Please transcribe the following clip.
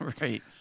Right